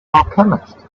alchemist